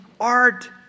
art